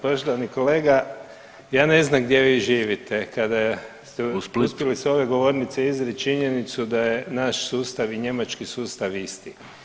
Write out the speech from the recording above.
Poštovani kolega ja ne znam gdje vi živite kad [[Upadica: U Splitu.]] ste uspjeli s ove govornice izreći činjenicu da je naš sustav i njemački sustav isti.